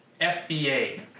FBA